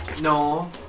no